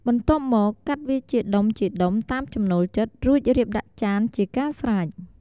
បន្ទាប់មក កាត់វាជាដុំៗតាមចំណូលចិត្ត រួចរៀបដាក់ចានជាការស្រេច។